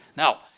Now